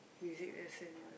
music lesson